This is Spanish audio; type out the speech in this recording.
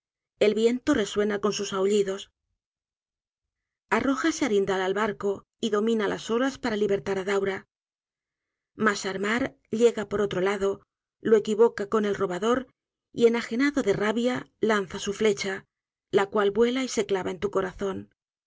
el viento resuena con sus ahullidos arrójase arindal al barco y domina las olas para libertar á daura mas armar llega por otro lado lo equivoca con el robador y enagenado de rabia lanza su flecha la cual vuela y se clava en tu corazón